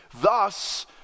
Thus